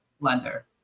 lender